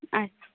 আচ্ছা